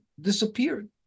disappeared